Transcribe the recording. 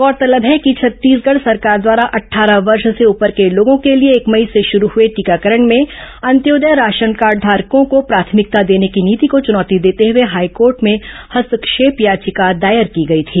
गौरतलब है कि छत्तीसगढ़ सरकार द्वारा अट्ठारह वर्ष से ऊपर के लोगों के लिए एक मई से शुरू हुए टीकाकरण में अंत्योदय कार्डघारको को प्राथमिकता देने की नीति को चुनौती देते हुए हाईकोर्ट में हस्तर्क्षेप याचिका दायर की गई थी